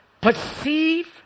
perceive